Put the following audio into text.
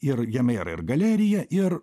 ir jame yra ir galerija ir